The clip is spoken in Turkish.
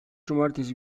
cumartesi